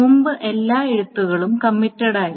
മുമ്പ് എല്ലാ എഴുത്തുകളും കമ്മിറ്റഡായിരുന്നു